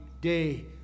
day